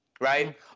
right